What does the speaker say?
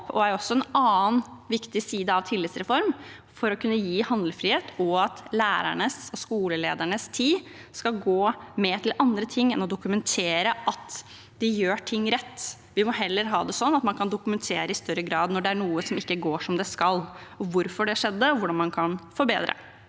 Det er også en annen viktig side av tillitsreformen, ved å kunne gi handlefrihet, slik at lærernes og skolele dernes tid skal gå med til andre ting enn å dokumentere at de gjør ting rett. Vi må heller ha det sånn at man i større grad kan dokumentere når det er noe som ikke går som det skal, hvorfor det skjedde, og hvordan man kan forbedre